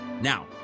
Now